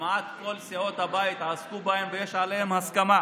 שכמעט כל סיעות הבית עסקו בהם ויש עליהם הסכמה,